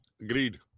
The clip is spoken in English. Agreed